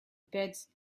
birds